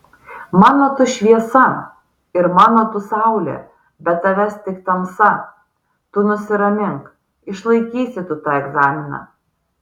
mano tu šviesa ir mano tu saulė be tavęs tik tamsa tu nusiramink išlaikysi tu tą egzaminą